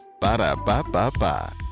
Ba-da-ba-ba-ba